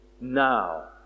now